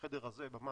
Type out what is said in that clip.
בחדר הזה ממש,